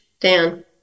Dan